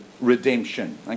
redemption